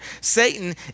Satan